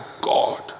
God